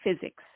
physics